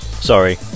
Sorry